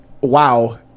wow